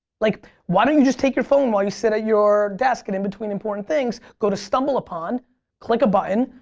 like why don't you just take your phone while you sit at your desk and in-between important things go to stumbleupon click a button,